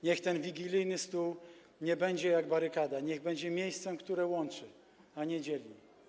Niech ten wigilijny stół nie będzie jak barykada, niech będzie miejscem, które łączy, a nie dzieli.